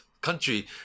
country